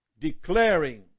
declaring